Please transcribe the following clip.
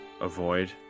avoid